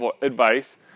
advice